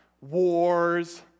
wars